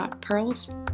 pearls